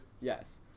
Yes